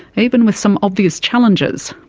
even with some obvious challenges.